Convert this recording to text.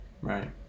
right